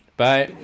Bye